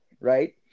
right